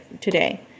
today